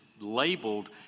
Labeled